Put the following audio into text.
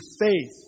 faith